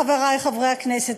חברי חברי הכנסת,